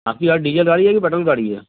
आपकी गाड़ी डीजल गाड़ी है कि पेट्रोल गाड़ी है